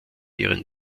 ihren